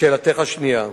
לשאלתך השנייה,